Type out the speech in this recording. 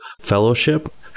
Fellowship